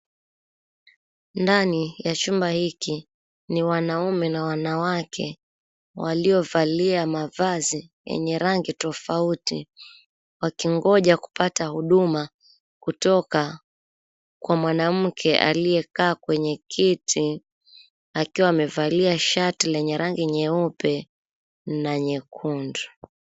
Ndani ya chumba hiki ni wanaume na wanawake waliovalia mavazi yenye rangi tofauti wakingoja kupata huduma kutoka kwa mwanamke aliyekaa kwenye kiti akiwa amevalia shati lenye rangi nyeupe na nyekundu.